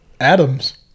Adams